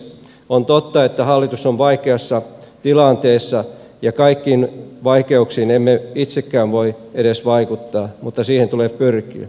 on totta että hallitus on vaikeassa tilanteessa ja kaikkiin vaikeuksiin emme itsekään voi edes vaikuttaa mutta siihen tulee pyrkiä